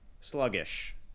sluggish